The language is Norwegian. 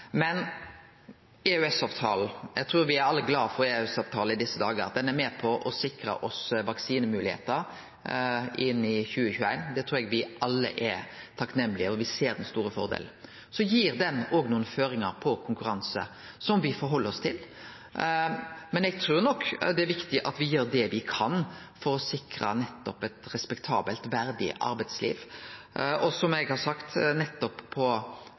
men når det gjeld EØS-avtalen, trur eg me alle er glade for han i desse dagar. Han er med på sikre oss vaksinemoglegheiter i 2021. Det trur eg me alle er takknemlege for, og me ser den store fordelen. Han gir òg nokre føringar for konkurranse som me tar omsyn til. Men eg trur nok det er viktig at me gjer det me kan for å sikre eit respektabelt og verdig arbeidsliv. Som eg har sagt: